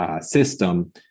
system